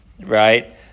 right